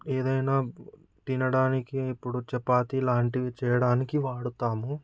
ఏదైనా తినడానికి ఇప్పుడు చపాతి లాంటివి చేయడానికి వాడుతాము